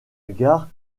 gare